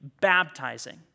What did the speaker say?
baptizing